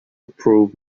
prove